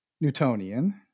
Newtonian